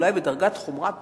אולי בדרגת חומרה פחותה,